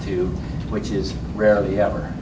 to which is rarely ever